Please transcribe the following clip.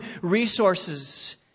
resources